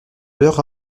beurre